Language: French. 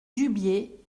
dubié